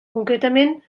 concretament